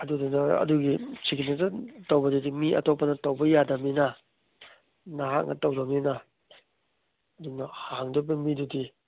ꯑꯗꯨꯗꯨꯅ ꯑꯗꯨꯒꯤ ꯁꯤꯛꯅꯦꯆꯔ ꯇꯧꯕꯗꯗꯤ ꯃꯤ ꯑꯇꯣꯞꯄꯗ ꯇꯧꯕ ꯌꯥꯗꯝꯅꯤꯅ ꯅꯍꯥꯛꯅ ꯇꯧꯗꯝꯅꯤꯅ ꯅꯪꯅ ꯍꯥꯡꯗꯧꯔꯤꯕ ꯃꯤꯗꯨꯗꯤ